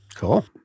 cool